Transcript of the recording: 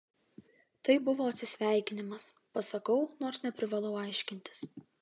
tai buvo atsisveikinimas pasakau nors neprivalau aiškintis